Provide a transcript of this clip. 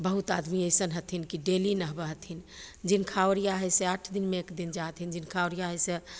बहुत आदमी अइसन हथिन कि डेली नहबै हथिन जिनका ओरिआ हइ से आठ दिनमे एकदिन जाइ हथिन जिनका ओरिआ हइ से